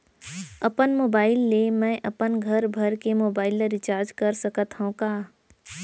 अपन मोबाइल ले मैं अपन घरभर के मोबाइल ला रिचार्ज कर सकत हव का?